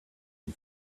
and